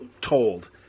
told